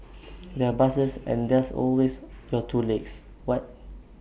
there are buses and there's always your two legs what